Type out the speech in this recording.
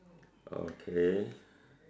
okay